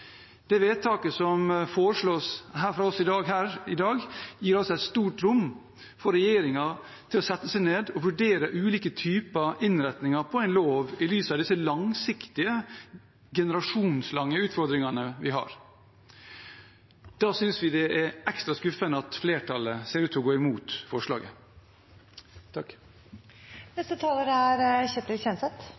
utbygging. Vedtaket som foreslås her i dag, gir regjeringen et stort rom til å sette seg ned og vurdere ulike typer innretninger på en lov i lys av disse langsiktige, generasjonslange utfordringene vi har. Da synes vi det er ekstra skuffende at flertallet ser ut til å gå imot forslaget. Til MDG: Det er